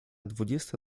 dwudziesta